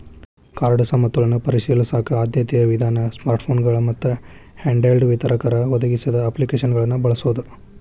card ಸಮತೋಲನ ಪರಿಶೇಲಿಸಕ ಆದ್ಯತೆಯ ವಿಧಾನ ಸ್ಮಾರ್ಟ್ಫೋನ್ಗಳ ಮತ್ತ ಹ್ಯಾಂಡ್ಹೆಲ್ಡ್ ವಿತರಕರ ಒದಗಿಸಿದ ಅಪ್ಲಿಕೇಶನ್ನ ಬಳಸೋದ